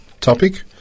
topic